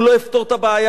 הוא לא יפתור את הבעיה,